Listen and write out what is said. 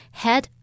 head